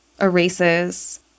erases